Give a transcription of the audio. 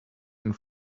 and